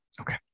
Okay